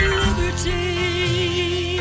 liberty